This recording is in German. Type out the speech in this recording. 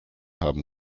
haben